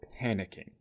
panicking